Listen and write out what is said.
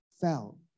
fell